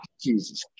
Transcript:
Jesus